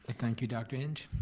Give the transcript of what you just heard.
thank you, dr. inge.